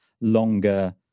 longer